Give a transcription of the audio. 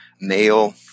male